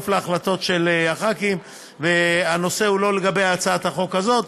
הכנסת, והנושא הוא לא לגבי הצעת החוק הזאת.